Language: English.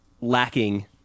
lacking